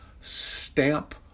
stamp